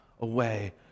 away